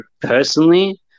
personally